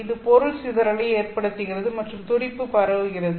இது பொருள் சிதறலை ஏற்படுத்துகிறது மற்றும் துடிப்பு பரவுகிறது